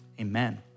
Amen